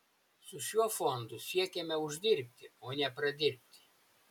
su šiuo fondu siekiame uždirbti o ne pradirbti